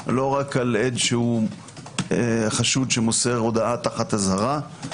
לא רק על עד שחשוד שמוסר הודעה תחת אזהרה.